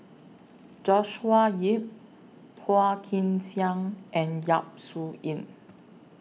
Joshua Ip Phua Kin Siang and Yap Su Yin